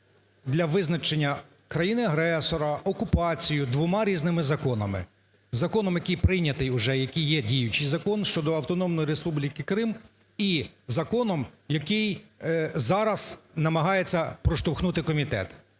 для визначення країни-агресора, окупацію двома різними законами: законом, який прийнятий уже, який є діючий закон (щодо Автономної Республіки Крим) і законом, який зараз намагається проштовхнути комітет